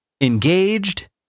engaged